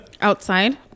outside